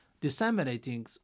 disseminating